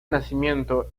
nacimiento